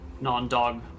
non-dog